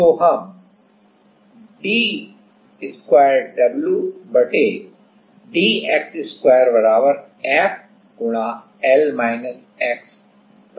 तो हम d2wdx2 F प्राप्त करते हैं